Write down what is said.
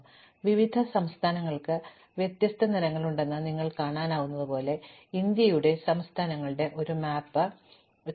അതിനാൽ വിവിധ സംസ്ഥാനങ്ങൾക്ക് വ്യത്യസ്ത നിറങ്ങളുണ്ടെന്ന് നിങ്ങൾക്ക് കാണാനാകുന്നതുപോലെ ഇന്ത്യയുടെ സംസ്ഥാനങ്ങളുടെ ഒരു മാപ്പ് ഇതാ